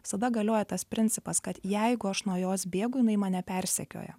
visada galioja tas principas kad jeigu aš nuo jos bėgu jinai mane persekioja